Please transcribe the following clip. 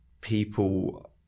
people